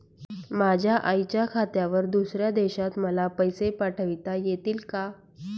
माझ्या आईच्या खात्यावर दुसऱ्या देशात मला पैसे पाठविता येतील का?